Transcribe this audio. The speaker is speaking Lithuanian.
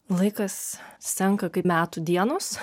laikas senka kaip metų dienos